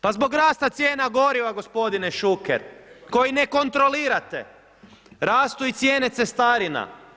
Pa zbog rasta cijena goriva gospodine Šuker koji nekontrolirate, rastu i cijene cestarina.